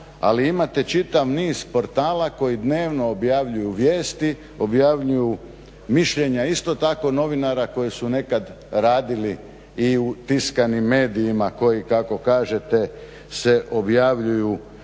ali imate čitav niz portala koji dnevno objavljuju vijesti, objavljuju isto tako mišljenja novinara koji su nekad radili i u tiskanim medijima koji kako kažete se objavljuju